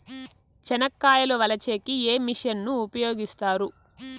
చెనక్కాయలు వలచే కి ఏ మిషన్ ను ఉపయోగిస్తారు?